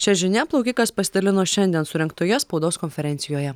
šia žinia plaukikas pasidalino šiandien surengtoje spaudos konferencijoje